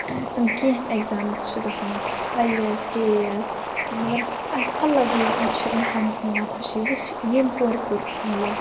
کیٚنٛہہ ایٚگزام چھِ گژھان I A S K A S مطلب اکھ الگٕے چھُ انسانس میلان خوٚشی وُِچھ یٔمۍ کورِ کوٚر